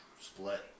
Split